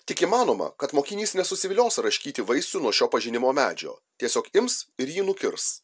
tik įmanoma kad mokinys nesusivilios raškyti vaisių nuo šio pažinimo medžio tiesiog ims ir jį nukirs